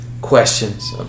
questions